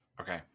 okay